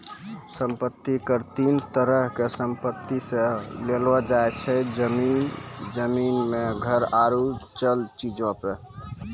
सम्पति कर तीन तरहो के संपत्ति से लेलो जाय छै, जमीन, जमीन मे घर आरु चल चीजो पे